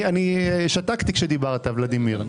אני שתקתי כשדיברת, ולדימיר.